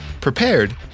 prepared